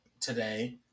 today